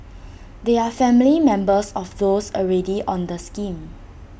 they are family members of those already on the scheme